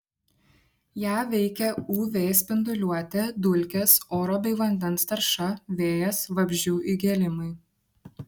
ją veikia uv spinduliuotė dulkės oro bei vandens tarša vėjas vabzdžių įgėlimai